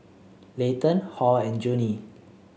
Layton Hall and Junie